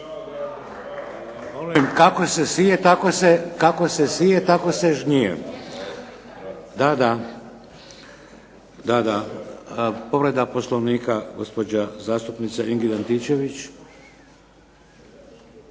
kako se sije tako se žnje.